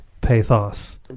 pathos